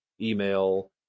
email